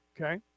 Okay